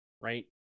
right